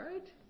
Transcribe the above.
right